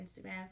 Instagram